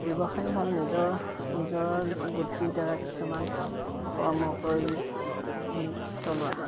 ব্যৱসায়ী হ'ল নিজৰ নিজৰ দ্বাৰা কিছুমান কৰ্ম কৰি চলোৱা